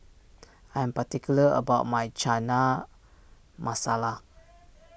I am particular about my Chana Masala